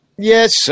Yes